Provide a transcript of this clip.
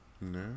No